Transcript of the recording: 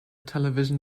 television